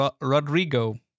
Rodrigo